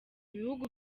ibihugu